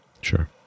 Sure